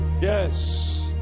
yes